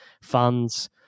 funds